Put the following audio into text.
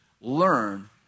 learn